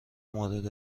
مورد